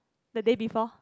the day before